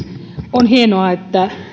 on hienoa että